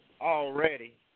already